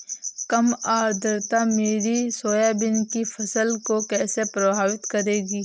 कम आर्द्रता मेरी सोयाबीन की फसल को कैसे प्रभावित करेगी?